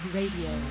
Radio